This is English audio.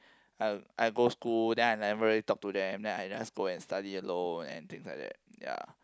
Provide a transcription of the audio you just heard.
I I go school then I never really talk to them then I just go and study alone and things like that ya